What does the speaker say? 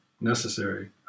necessary